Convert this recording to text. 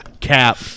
Cap